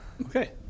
Okay